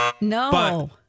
No